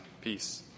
peace